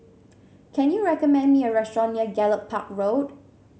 can you recommend me a restaurant near Gallop Park Road